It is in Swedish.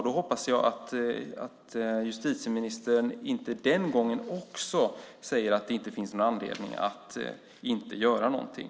Jag hoppas att justitieministern inte den gången också säger att det inte finns någon anledning att göra någonting.